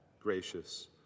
gracious